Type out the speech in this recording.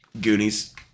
Goonies